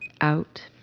out